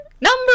Number